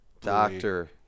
doctor